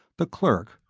the clerk,